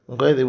Okay